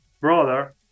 brother